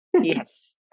Yes